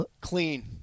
Clean